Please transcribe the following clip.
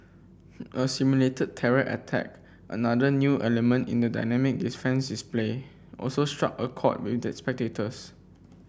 a simulated terror attack another new element in the dynamic play also struck a chord with that spectators